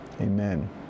amen